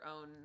own